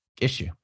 issue